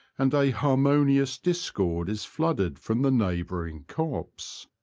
and a harmonious discord is flooded from the neighbouring copse.